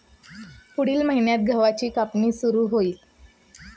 पुढील महिन्यात गव्हाची कापणी सुरू होईल